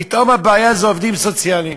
פתאום הבעיה היא עובדים סוציאליים.